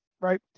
Right